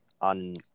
on